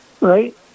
right